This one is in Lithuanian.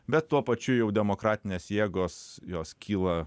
bet tuo pačiu jau demokratinės jėgos jos kyla